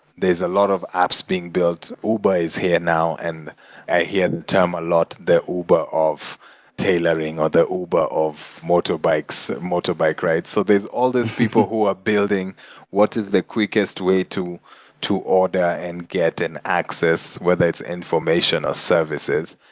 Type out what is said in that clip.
there's a lot of apps being built, uber is here now, and i hear the term a lot, the uber of tailoring, or the uber of motorbike so motorbike rides. so there are all these people who are building what is the quickest way to to order and get and access, whether it's information or services.